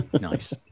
nice